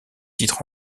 titre